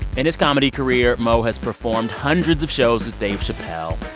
in his comedy career, mo has performed hundreds of shows with dave chappelle,